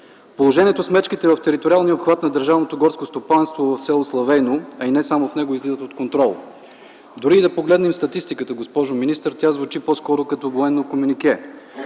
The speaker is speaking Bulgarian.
Положението с мечките в териториалния обхват на Държавното горско стопанство в с. Славейно, а и не само в него излизат от контрол. Дори и да погледнем статистиката, госпожо министър, тя звучи по-скоро като военно комюнике.